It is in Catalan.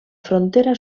frontera